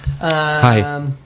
Hi